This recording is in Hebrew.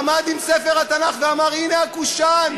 עמד עם ספר התנ"ך ואמר: הנה הקושאן,